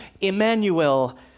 Emmanuel